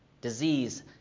disease